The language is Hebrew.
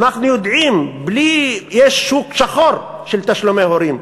אנחנו יודעים שיש שוק שחור של תשלומי הורים,